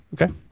Okay